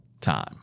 time